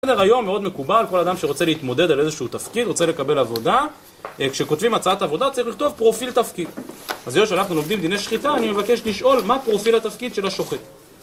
בסדר היום, מאוד מקובל, כל אדם שרוצה להתמודד על איזשהו תפקיד, רוצה לקבל עבודה כשכותבים הצעת עבודה צריך לכתוב פרופיל תפקיד. אז זה שאנחנו לומדים דיני שחיטה, אני מבקש לשאול מה פרופיל התפקיד של השוחט